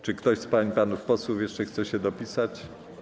Czy ktoś z pań i panów posłów jeszcze chce się dopisać?